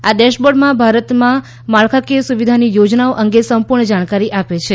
આ ડેશબોર્ડ ભારતમાં માળખાકીય સુવિધાની યોજનાઓ અંગે સંપૂર્ણ જાણકારી આપે છે